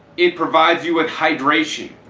it provides you with hydration.